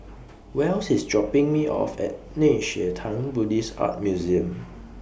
Wells IS dropping Me off At Nei Xue Tang Buddhist Art Museum